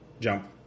Jump